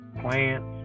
plants